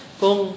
kung